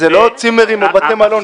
זה לא צימרים או בתי מלון.